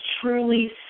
truly